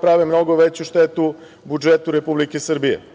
prave mnogo veću štetu budžetu Republike Srbije. Mi